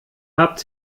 habt